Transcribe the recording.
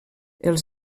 els